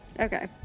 Okay